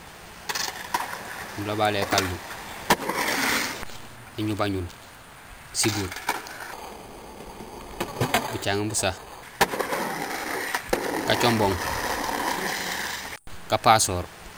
Nulobalé ékaldu, éñubañul, sibuur, bucaŋéén busa, gacombong, gapasoor.